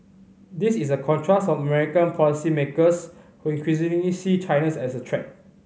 this is a contrast from American policymakers who increasingly see China as a threat